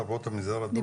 לרבות המגזר הדרוזי.